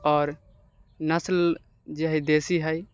आओर नस्ल जे हइ देशी हइ